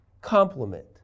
complement